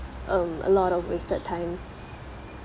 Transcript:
um a lot of wasted time